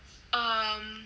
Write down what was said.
um